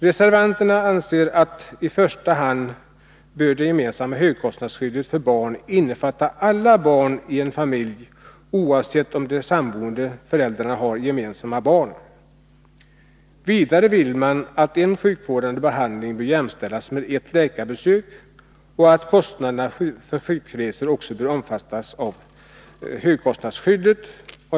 Reservanten anser att det gemensamma högkostnadsskyddet för barn bör innefatta alla barn i en familj oavsett om de samboende föräldrarna har gemensamma barn eller inte. Vidare vill vpk att en sjukvårdande behandling skall jämställas med ett läkarbesök och att kostnaderna för sjukresor också skall omfattas av högkostnadsskyddet.